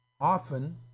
often